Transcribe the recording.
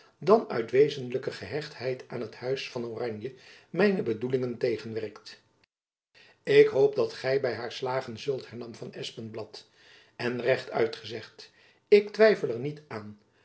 dan uit wezenlijke gehechtheid aan t huis van oranje mijne bedoelingen tegenwerkt ik hoop dat gy by haar slagen zult hernam van espenblad en recht uit gezegd ik twijfel er niet aan